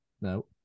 no